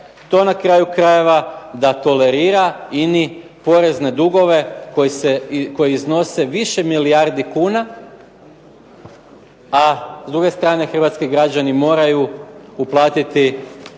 to na kraju krajeva da tolerira INA-i porezne dugove koji iznose više milijardi kuna, a s druge strane hrvatski građani moraju uplatiti